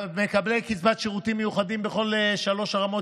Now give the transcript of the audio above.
מקבלי קצבת שירותים מיוחדים בכל שלוש הרמות